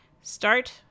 Start